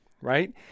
right